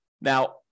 Now